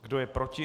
Kdo je proti?